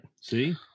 See